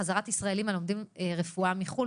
חזרת ישראלים הלומדים רפואה בחוץ לארץ,